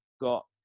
got